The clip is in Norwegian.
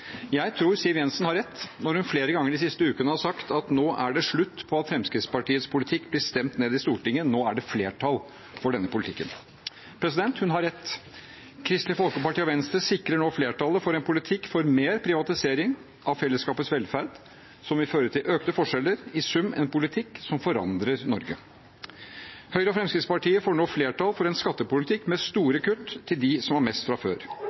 Jeg tror Siv Jensen har rett når hun flere ganger de siste ukene har sagt at nå er det slutt på at Fremskrittspartiets politikk blir stemt ned i Stortinget, nå er det flertall for denne politikken. Hun har rett. Kristelig Folkeparti og Venstre sikrer nå flertall for en politikk for mer privatisering av fellesskapets velferd, som vil føre til økte forskjeller – i sum en politikk som forandrer Norge. Høyre og Fremskrittspartiet får nå flertall for en skattepolitikk med store kutt til dem som har mest fra før.